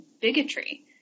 bigotry